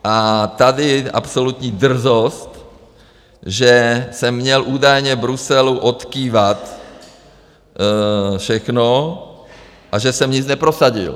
A tady absolutní drzost, že jsem měl údajně Bruselu odkývat všechno, a že jsem nic neprosadil.